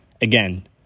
Again